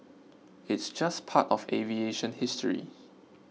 it's just part of aviation history